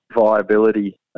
viability